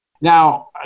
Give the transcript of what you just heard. Now